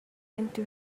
into